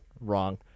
Wrong